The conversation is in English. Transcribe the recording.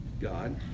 God